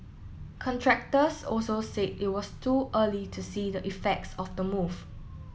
contractors also said it was too early to see the effects of the move